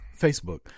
Facebook